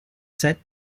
sept